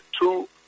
two